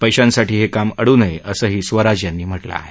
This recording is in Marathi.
पैशांसाठी हे काम अडू नये असंही स्वराज यांनी म्हटलं आहे